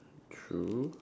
true